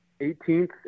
18th